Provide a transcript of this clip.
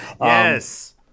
Yes